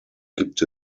gibt